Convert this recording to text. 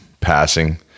passing